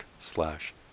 slash